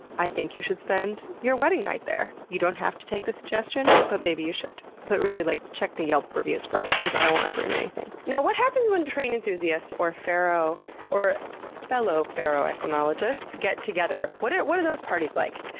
i think you should spend your wedding night there. you don't have to take the suggestion, but maybe you should. but really, like check the yelp reviews first because i don't want to ruin anything. now what happens when train enthusiasts or fellow or fellow ferroequinologists get together? what are those parties like?